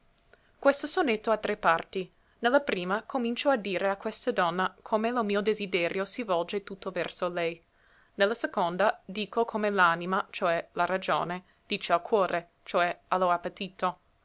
a l'altro questo sonetto ha tre parti ne la prima comincio a dire a questa donna come lo mio desiderio si volge tutto verso lei ne la seconda dico come l'anima cioè la ragione dice al cuore cioè a lo appetito